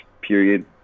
period